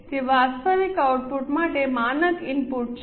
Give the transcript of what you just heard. તે વાસ્તવિક આઉટપુટ માટે માનક ઇનપુટ છે